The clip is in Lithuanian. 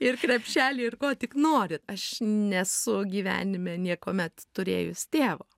ir krepšelį ir ko tik nori aš nesu gyvenime niekuomet turėjus tėvo